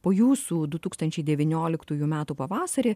po jūsų du tūkstančiai devynioliktųjų metų pavasarį